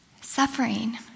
Suffering